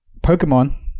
Pokemon